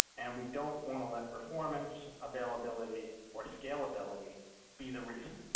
and we don't want to let performance availability or scalability be the reason.